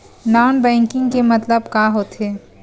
Non banking के मतलब का होथे?